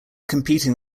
competing